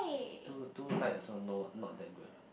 too too light also no not that good